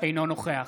אינו נוכח